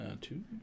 Two